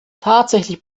tatsächlich